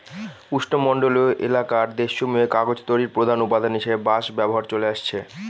উষ্ণমন্ডলীয় এলাকার দেশসমূহে কাগজ তৈরির প্রধান উপাদান হিসাবে বাঁশ ব্যবহার চলে আসছে